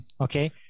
Okay